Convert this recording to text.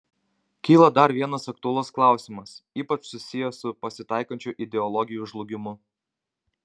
kyla dar vienas aktualus klausimas ypač susijęs su pasitaikančiu ideologijų žlugimu